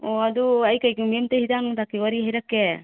ꯑꯣ ꯑꯗꯨ ꯑꯩ ꯀꯩꯒꯨꯝꯕ ꯑꯝꯇ ꯍꯤꯗꯥꯛ ꯅꯨꯡꯗꯥꯛꯀꯤ ꯋꯥꯔꯤ ꯍꯥꯏꯔꯛꯀꯦ